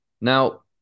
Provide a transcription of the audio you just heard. Now